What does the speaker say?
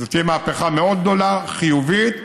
זאת תהיה מהפכה מאוד גדולה, חיובית.